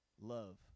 Love